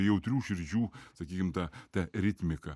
jautrių širdžių sakykim tą tą ritmiką